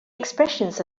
expressions